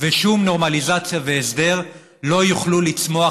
ושום נורמליזציה והסדר לא יוכלו לצמוח